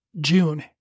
June